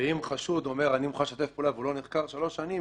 ואם חשוד אומר אני מוכן לשתף פעולה והוא לא נחקר שלוש שנים,